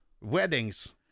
Weddings